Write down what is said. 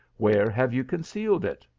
where have you concealed it?